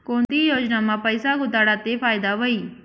कोणती योजनामा पैसा गुताडात ते फायदा व्हई?